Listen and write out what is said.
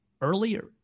earlier